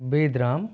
Vedram